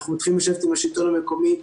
אנחנו מתחילים לשבת עם השלטון המקומי.